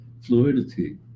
fluidity